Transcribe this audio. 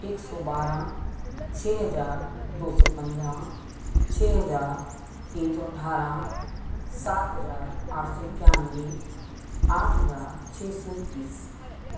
एक सौ बारह छह हज़ार दो सौ पंद्रह छः हज़ार तीन सौ अट्ठारह सात हज़ार आठ सौ इक्यानबे आठ हज़ार छः सौ इक्कीस